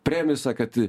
premisa kad